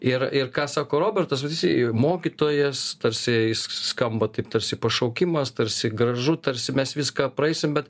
ir ir ką sako robertas vat jisai mokytojas tarsi jis s skamba taip tarsi pašaukimas tarsi gražu tarsi mes viską praeisim bet